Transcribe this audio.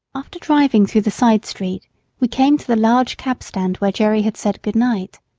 after driving through the side street we came to the large cab stand where jerry had said good-night.